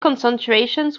concentrations